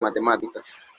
matemáticas